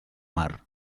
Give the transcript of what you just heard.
mar